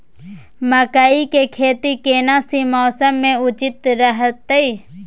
मकई के खेती केना सी मौसम मे उचित रहतय?